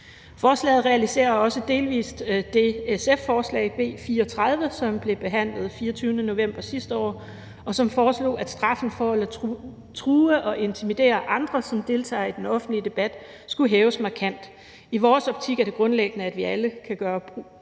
Forslaget realiserer også delvis det SF-forslag, B 34, som blev behandlet den 24. november sidste år, hvori det bl.a. foreslås, at straffen for at true og intimidere andre, som deltager i den offentlige debat, skulle hæves markant. I vores optik er det grundlæggende, at vi alle kan gøre brug